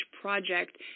project